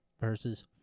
Versus